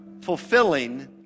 fulfilling